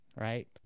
right